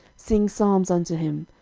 sing psalms unto him,